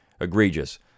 egregious